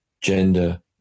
gender